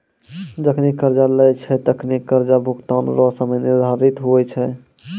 जखनि कर्जा लेय छै तखनि कर्जा भुगतान रो समय निर्धारित हुवै छै